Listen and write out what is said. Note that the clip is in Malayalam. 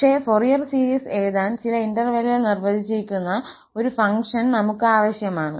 പക്ഷേ ഫൊറിയർ സീരീസ് എഴുതാൻ ചില ഇന്റെർവെല്ലിൽ നിർവ്വചിച്ചിരിക്കുന്ന ഒരു ഫംഗ്ഷൻ നമുക് ആവശ്യമാണ്